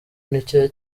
nicyo